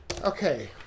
Okay